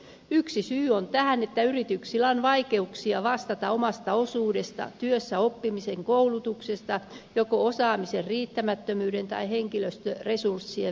yksi syy tähän on että yrityksillä on vaikeuksia vastata omasta osuudestaan työssäoppimisen koulutuksessa joko osaamisen riittämättömyyden tai henkilöstöresurssien vähyyden takia